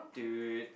dude